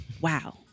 Wow